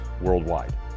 worldwide